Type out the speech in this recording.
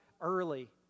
early